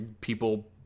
people